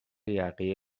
یقه